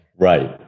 Right